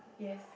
yes